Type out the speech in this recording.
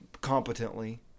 competently